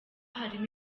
harimo